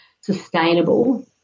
sustainable